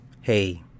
Hey